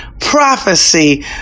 prophecy